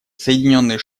соединенные